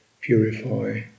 purify